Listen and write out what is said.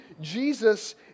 Jesus